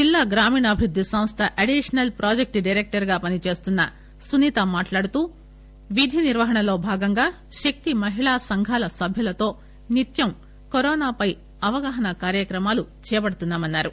జిల్లా గ్రామీణాభివృద్ది సంస్ద అడిషనల్ ప్రాజెక్ట్ డైరెక్టర్ గా పనిచేస్తున్న సునీత మాట్లాడుతూ విధి నిర్వహణలో భాగంగా శక్తి మహిళా సంఘాల సభ్యులతో నిత్యం కరోనా పై అవగాహన కార్యక్రమాలు చేపడుతున్నా మన్నారు